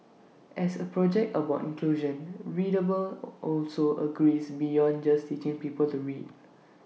as A project about inclusion readable also agrees beyond just teaching people to read